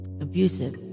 abusive